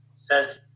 says